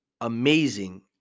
amazing